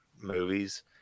movies